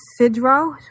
Sidro